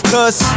Cause